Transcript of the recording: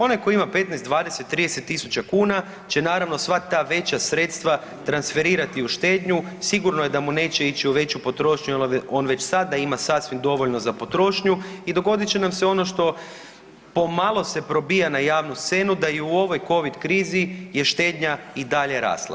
Onaj tko ima 15, 20, 30.000 kuna će naravno sva ta veća sredstva transferirati u štednju, sigurno je da mu neće ići u veću potrošnju jer on već sada ima sasvim dovoljno za potrošnju i dogodit će nam se ono što po malo se probija na javnu scenu da i u ovoj kovid krizi je štednja i dalje rasla.